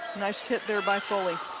nice hit there by foley.